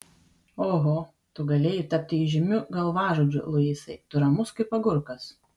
oho tu galėjai tapti įžymiu galvažudžiu luisai tu ramus kaip agurkas